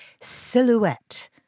silhouette